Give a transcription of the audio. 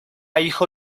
hijo